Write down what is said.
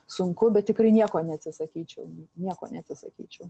sunku bet tikrai nieko neatsisakyčiau nieko neatsisakyčiau